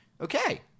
Okay